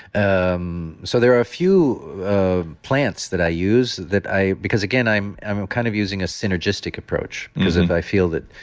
ah um so there are a few plants that i use that i. because again, i'm i'm kind of using a synergistic approach because if i feel that.